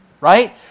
Right